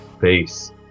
Peace